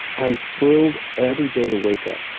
i'm thrilled every day to wake up.